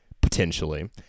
potentially